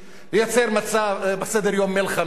לייצר סדר-יום מלחמתי,